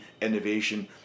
innovation